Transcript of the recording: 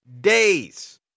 days